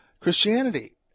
Christianity